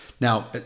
Now